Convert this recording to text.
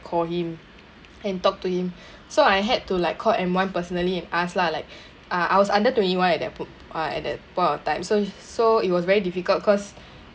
call him and talk to him so I had to like call M1 personally and ask lah like ah I was under twenty one at that p~ ah at that point of time so so it was very difficult cause